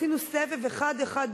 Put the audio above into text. עשינו סבב אחד-אחד,